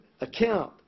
account